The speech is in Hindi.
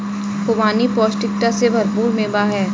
खुबानी पौष्टिकता से भरपूर मेवा है